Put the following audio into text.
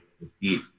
repeat